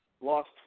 lost